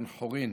בן חורין